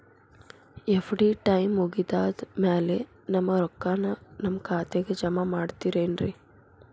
FD time ಮುಗಿದಾದ್ ಮ್ಯಾಲೆ ನಮ್ ರೊಕ್ಕಾನ ನಮ್ ಖಾತೆಗೆ ಜಮಾ ಮಾಡ್ತೇರೆನ್ರಿ?